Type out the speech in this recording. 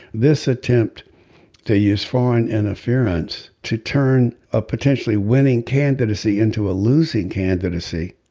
this attempt to use foreign interference to turn ah potentially winning candidacy into a losing candidacy